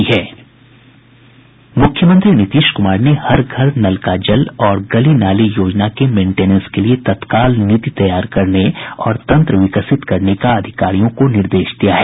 मूख्यमंत्री नीतीश क्मार ने हर घर नल का जल और गली नाली योजना के मेंटेनेंस के लिए तत्काल नीति तैयार करने और तंत्र विकसित करने का अधिकारियों को निर्देश दिया है